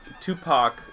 Tupac